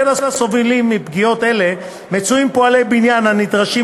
בין הסובלים מפגיעות אלה פועלי בניין הנדרשים